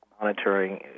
monitoring